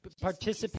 participate